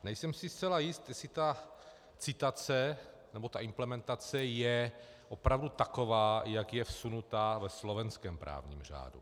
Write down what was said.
Nejsem si zcela jist, jestli ta citace nebo implementace je opravdu taková, jak je vsunutá ve slovenském právním řádu.